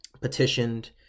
petitioned